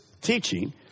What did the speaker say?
teaching